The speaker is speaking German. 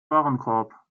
warenkorb